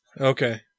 Okay